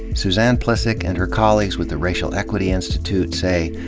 suzanne plihcik and her colleagues with the racial equ ity institute say,